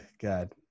God